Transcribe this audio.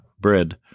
bread